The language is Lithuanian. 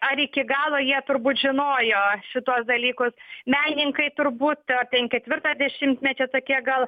ar iki galo jie turbūt žinojo šituos dalykus menininkai turbūt ar ten ketvirto dešimtmečio tokie gal